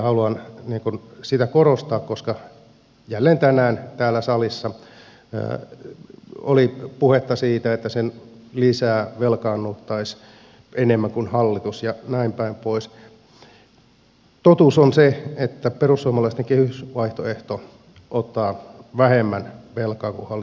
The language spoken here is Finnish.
haluan korostaa koska jälleen tänään täällä salissa oli puhetta siitä että se lisävelkaannuttaisi enemmän kuin hallituksen ja näin päin pois että totuus on se että perussuomalaisten kehysvaihtoehto ottaa vähemmän velkaa kuin hallituksen vaihtoehto